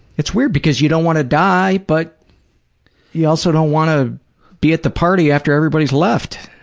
it's weird because you don't want to die but you also don't want to be at the party after everybody's left.